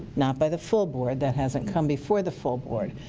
not by the full board, that hasn't come before the full board.